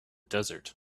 desert